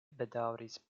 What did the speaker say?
bedaŭris